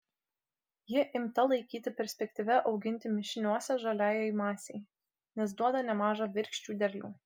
ji imta laikyti perspektyvia auginti mišiniuose žaliajai masei nes duoda nemažą virkščių derlių